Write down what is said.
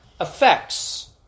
effects